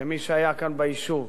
מי שהיה כאן ביישוב,